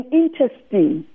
interesting